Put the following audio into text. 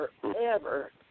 forever